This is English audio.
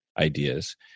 ideas